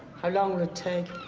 how long will it take?